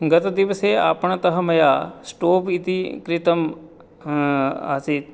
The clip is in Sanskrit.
गतदिवसे आपणतः मया स्टोव् इति कृतम् आसीत्